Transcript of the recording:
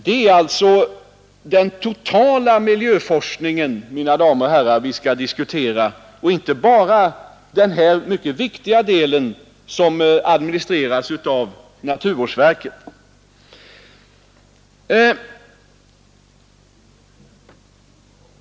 Det är alltså den totala miljöforskningen, mina damer och herrar, vi skall diskutera och inte bara den viktiga del som administreras av naturvårdsverket.